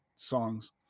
songs